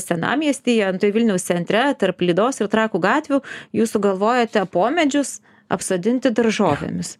senamiestyje vilniaus centre tarp lydos ir trakų gatvių jūs sugalvojote po medžius apsodinti daržovėmis